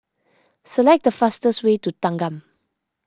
select the fastest way to Thanggam